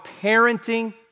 parenting